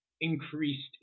increased